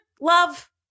love